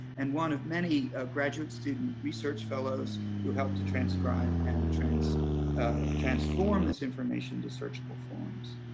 and one of many graduate student research fellows who helped to transcribe and transform ah transform this information to searchable forms.